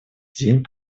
день